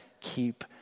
keep